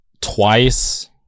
twice